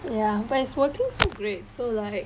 ya but it's working so great so like